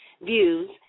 views